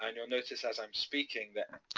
and you'll notice as i'm speaking that.